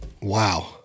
Wow